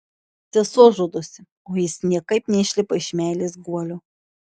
sesuo žudosi o jis niekaip neišlipa iš meilės guolio